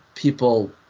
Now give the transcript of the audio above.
people